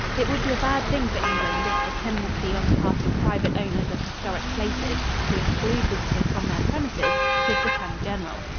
it would be a bad thing for england if the tendency on the part of private owners of historic places, to exclude visitors from their premises, should become general.